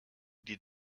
die